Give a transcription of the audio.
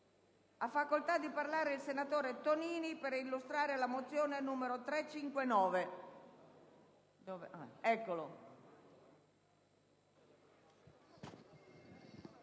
Ha facoltà di parlare il senatore Tonini per illustrare la mozione n. 359.